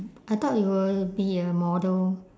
I thought you will be a model